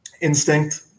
instinct